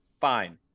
fine